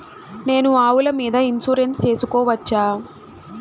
నేను ఆవుల మీద ఇన్సూరెన్సు సేసుకోవచ్చా?